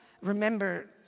remember